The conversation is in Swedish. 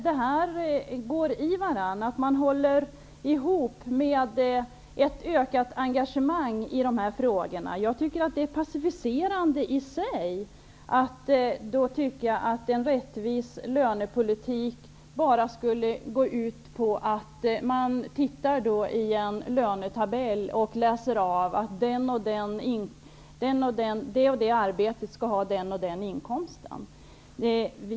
Det är också viktigt att man håller ihop med ett ökat engagemang i de här frågorna. Jag anser att det är passiviserande att tycka att en rättvis lönepolitik bara skall gå ut på att man tittar i en lönetabell och läser av att det och det arbetet skall ge den och den inkomsten.